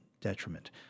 detriment